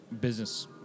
business